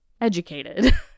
educated